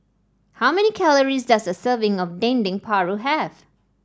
how many calories does a serving of Dendeng Paru have